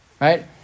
Right